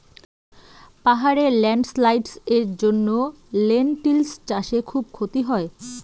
পাহাড়ে ল্যান্ডস্লাইডস্ এর জন্য লেনটিল্স চাষে খুব ক্ষতি হয়